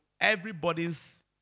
everybody's